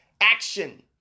action